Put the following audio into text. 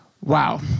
Wow